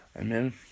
amen